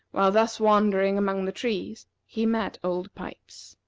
while thus wandering among the trees, he met old pipes.